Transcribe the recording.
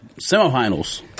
semifinals